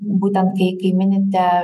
būtent kai kai minite